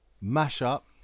mash-up